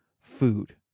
food